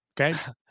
okay